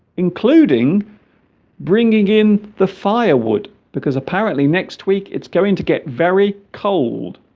including bringing in the firewood because apparently next week it's going to get very cold